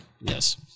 Yes